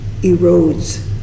erodes